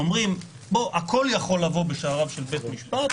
אומרים: הכול יכול לבוא בשעריו של בית המשפט,